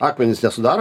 akmenys nesudaro